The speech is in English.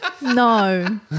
No